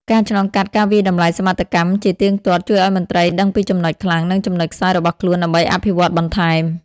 ការឆ្លងកាត់ការវាយតម្លៃសមិទ្ធកម្ម ជាទៀងទាត់ ជួយឱ្យមន្ត្រីដឹងពីចំណុចខ្លាំង និងចំណុចខ្សោយរបស់ខ្លួនដើម្បីអភិវឌ្ឍបន្ថែម។